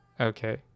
Okay